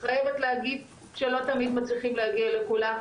אני חייבת להגיד שלא תמיד מצליחים להגיע לכולם,